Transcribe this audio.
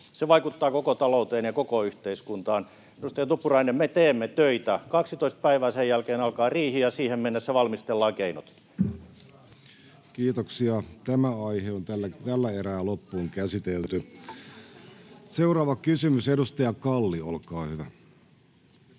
Se vaikuttaa koko talouteen ja koko yhteiskuntaan. Edustaja Tuppurainen, me teemme töitä: 12 päivää, ja sen jälkeen alkaa riihi, ja siihen mennessä valmistellaan keinot. Seuraava kysymys. — Edustaja Kalli, olkaa hyvä.